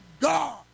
God